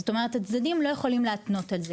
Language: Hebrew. זאת אומרת, הצדדים לא יכולים להתנות את זה.